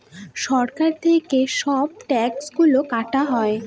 সরকার থেকে সব ট্যাক্স গুলো কাটা হয়